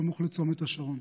סמוך לצומת השרון.